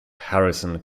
harrison